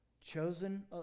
Chosen